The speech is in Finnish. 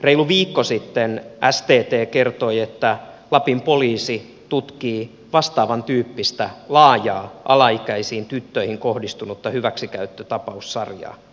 reilu viikko sitten stt kertoi että lapin poliisi tutkii vastaavantyyppistä laajaa alaikäisiin tyttöihin kohdistunutta hyväksikäyttötapaussarjaa